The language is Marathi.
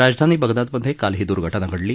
राजधानी बगदादमधे काल ही दुर्घटना घडली